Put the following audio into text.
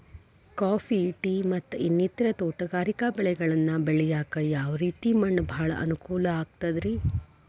Coffee, tea, ಮತ್ತ ಇನ್ನಿತರ ತೋಟಗಾರಿಕಾ ಬೆಳೆಗಳನ್ನ ಬೆಳೆಯಾಕ ಯಾವ ರೇತಿ ಮಣ್ಣ ಭಾಳ ಅನುಕೂಲ ಆಕ್ತದ್ರಿ?